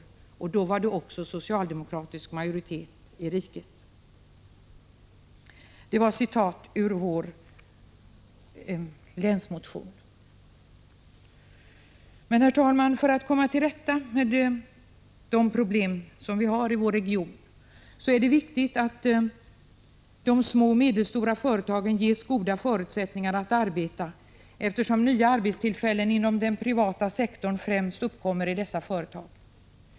Siffran hänför sig till en tid då det var socialdemokratisk majoritet också i riket. Herr talman! För att komma till rätta med problemen i vår region är det viktigt att de små och medelstora företagen ges goda förutsättningar att arbeta, eftersom nya arbetstillfällen inom den privata sektorn tillkommer främst i dessa företag.